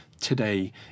today